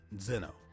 Zeno